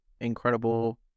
incredible